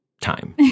Time